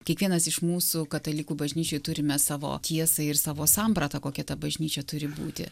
kiekvienas iš mūsų katalikų bažnyčioj turime savo tiesą ir savo sampratą kokia ta bažnyčia turi būti